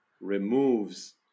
removes